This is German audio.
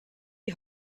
die